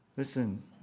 Listen